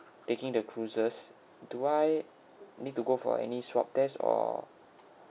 taking the cruises do I need to go for any swab test or